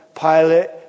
Pilate